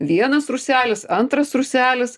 vienas rūselis antras rūselis